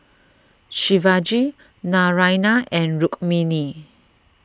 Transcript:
Shivaji Naraina and Rukmini